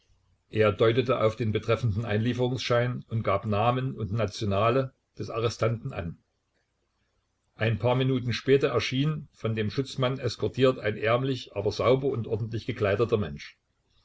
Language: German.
er deutete auf den betreffenden einlieferungsschein und gab namen und nationale des arrestanten an ein paar minuten später erschien von dem schutzmann eskortiert ein ärmlich aber sauber und ordentlich gekleideter mensch